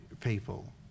people